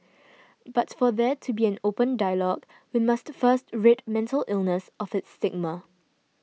but for there to be an open dialogue we must first rid mental illness of its stigma